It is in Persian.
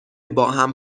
باهم